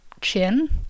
chin